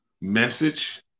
message